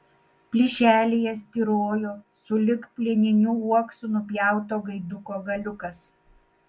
plyšelyje styrojo sulig plieniniu uoksu nupjauto gaiduko galiukas